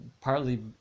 Partly